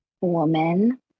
woman